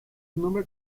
nombre